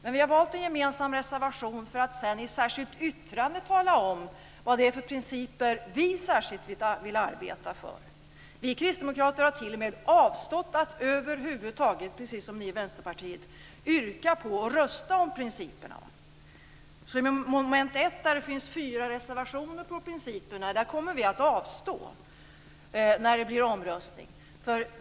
Men vi har valt en gemensam reservation för att sedan i ett särskilt yttrande tala om vad det är för principer vi särskilt vill arbeta för. Vi kristdemokrater har, precis som ni i Vänsterpartiet, t.o.m. avstått från att över huvud taget yrka på och rösta om principerna. I mom. 1, där det finns fyra reservationer om principerna, kommer vi att avstå när det blir omröstning.